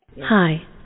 Hi